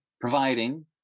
providing